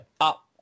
up